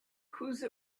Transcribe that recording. whose